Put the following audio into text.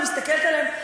אני מסתכלת עליהם,